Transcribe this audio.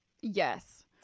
Yes